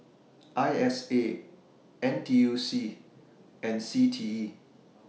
I S A N T U C and C T E